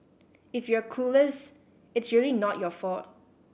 if you're clueless it's really not your fault